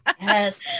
Yes